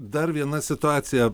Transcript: dar viena situacija